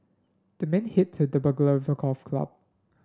the man hit the burglar a golf club